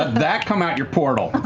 that come out your portal!